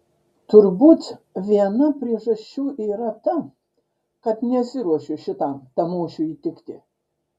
turbūt viena priežasčių yra ta kad nesiruošiu šitam tamošiui įtikti